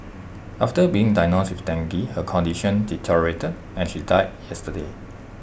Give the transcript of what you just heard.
after being diagnosed with dengue her condition deteriorated and she died yesterday